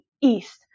east